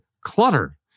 clutter